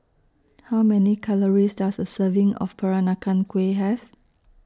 How Many Calories Does A Serving of Peranakan Kueh Have